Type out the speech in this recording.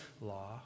Law